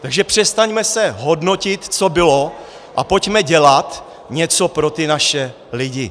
Takže přestaňme se hodnotit, co bylo, a pojďme dělat něco pro ty naše lidi.